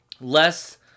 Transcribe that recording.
less